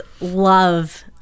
love